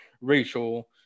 Rachel